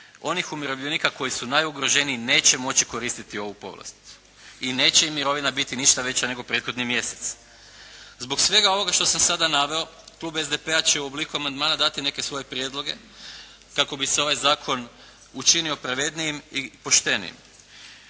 onih umirovljenika koji su najugroženiji neće moći koristiti ovu povlasticu i neće im mirovina biti ništa veća nego prethodni mjesec. Zbog svega ovoga što sam sada naveo, klub SDP-a će u obliku amandmana dati neke svoje prijedloge kako bi se ovaj zakon učinio pravednijim i poštenijim.